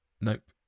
Nope